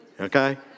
Okay